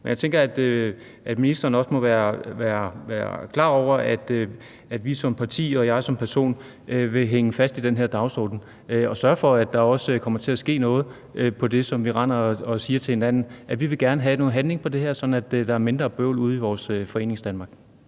Jeg tænker, at ministeren også må være klar over, at vi som partier og jeg som person vil hænge fast i den her dagsorden og sørge for, at der også kommer til at ske noget i forhold til det, som vi render og siger til hinanden, nemlig at vi gerne vil have noget handling på det her, sådan at der er mindre bøvl ude i vores Foreningsdanmark.